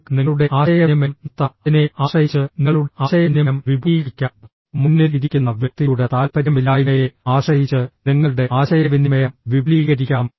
നിങ്ങൾക്ക് നിങ്ങളുടെ ആശയവിനിമയം നിർത്താം അതിനെ ആശ്രയിച്ച് നിങ്ങളുടെ ആശയവിനിമയം വിപുലീകരിക്കാം മുന്നിൽ ഇരിക്കുന്ന വ്യക്തിയുടെ താൽപ്പര്യമില്ലായ്മയെ ആശ്രയിച്ച് നിങ്ങളുടെ ആശയവിനിമയം വിപുലീകരിക്കാം